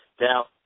Now